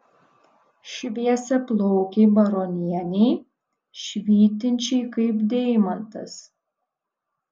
šviesiaplaukei baronienei švytinčiai kaip deimantas